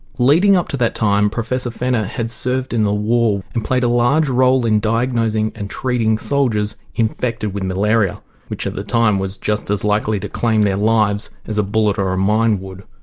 leading up to that time professor fenner had served in the war and played a large role in diagnosing and treating soldiers infected with malaria which at the time was just as likely to claim their lives as a bullet or a mine would.